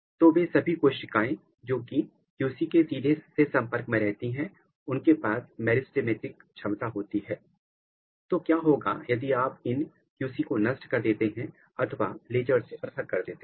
तो वे सभी कोशिकाएं जोकि क्यू सी के सीधे से संपर्क में रहती हैं उनके पास मेरिस्टमैटिक क्षमता होती है तो क्या होगा यदि आप इन क्यू सी को नष्ट कर देते हैं अथवा लेजर से प्रथक कर देते हैं